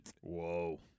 Whoa